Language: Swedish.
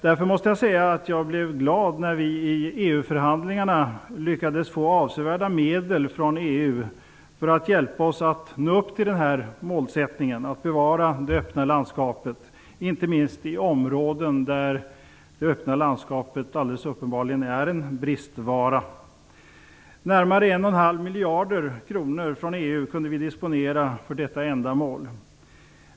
Därför måste jag säga att jag blev glad när vi i EU-förhandlingarna lyckades få avsevärda medel från EU för att hjälpa oss att nå upp till den här målsättningen att bevara det öppna landskapet, inte minst i områden där det öppna landskapet uppenbarligen är en bristvara. Vi kunde disponera närmare 1,5 miljarder kronor från EU för detta ändamål.